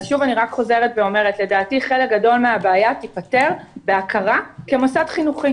אני רק אומרת שלדעתי חלק גדול מהבעיה תיפתר בהכרה במוסד חינוכי.